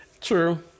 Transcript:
True